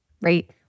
right